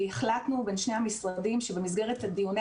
והחלטנו בין שני המשרדים שבמסגרת דיוני